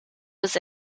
was